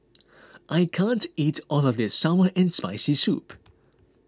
I can't eat all of this Sour and Spicy Soup